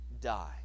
die